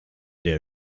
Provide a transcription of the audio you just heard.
der